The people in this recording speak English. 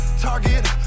target